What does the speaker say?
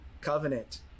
covenant